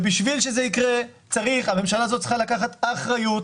בשביל שזה יקרה הממשלה הזאת צריכה לקחת אחריות.